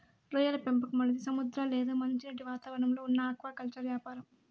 రొయ్యల పెంపకం అనేది సముద్ర లేదా మంచినీటి వాతావరణంలో ఉన్న ఆక్వాకల్చర్ యాపారం